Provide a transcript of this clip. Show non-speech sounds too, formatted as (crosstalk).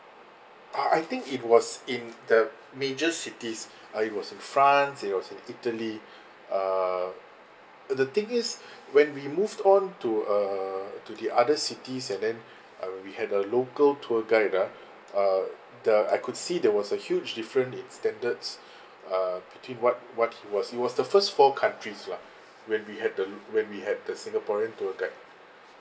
uh I think it was in the major cities uh it was in france it was in italy err the thing is (breath) when we moved on to err to the other cities and then uh we had a local tour guide ah uh the I could see there was a huge different in standards (breath) uh between what what it was it was the first four countries lah when we had the when we had the singaporean tour guide